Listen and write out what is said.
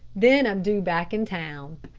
then i'm due back in town.